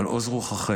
על עוז רוחכם,